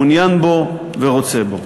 מעוניין בו ורוצה בו.